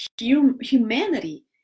humanity